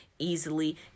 Easily